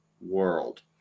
world